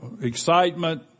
excitement